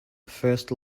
first